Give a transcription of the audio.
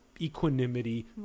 equanimity